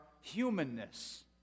humanness